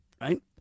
right